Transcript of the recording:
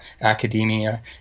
academia